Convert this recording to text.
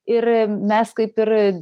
ir mes kaip ir